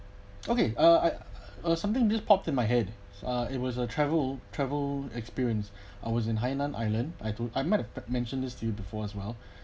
okay uh I uh something you just popped in my head uh it was a travel travel experience I was in hainan island I do I might mentioned this to you before as well uh